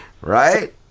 Right